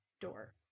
door